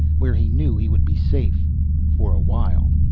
where he knew he would be safe for a while.